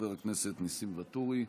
חבר הכנסת ניסים ואטורי,